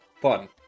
fun